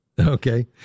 Okay